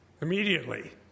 immediately